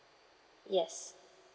yes